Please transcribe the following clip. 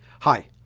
hi!